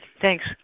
thanks